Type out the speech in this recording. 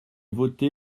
voté